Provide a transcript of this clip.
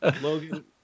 Logan